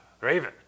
raven